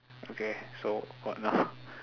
okay so got or not